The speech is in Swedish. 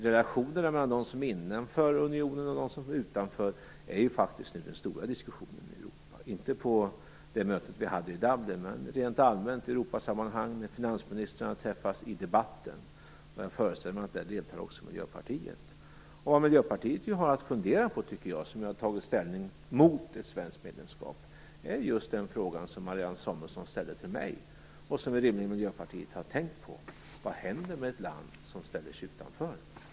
Relationerna mellan dem som är innanför och dem som är utanför unionen är ju nu den stora diskussionen i Europa, inte på det möte som vi hade i Dublin men rent allmänt i Europasammanhang och när finansministrarna träffas samt i debatten, och i den föreställer jag mig att även Miljöpartiet deltar. Vad jag tycker att Miljöpartiet har att fundera på, eftersom de ju har tagit ställning mot ett svenskt medlemskap, är just den fråga som Marianne Samuelsson ställer till mig, och som Miljöpartiet rimligen redan har tänkt på: Vad händer med ett land som ställer sig utanför?